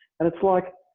and it's like,